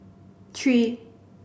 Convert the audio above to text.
three